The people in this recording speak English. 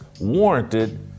warranted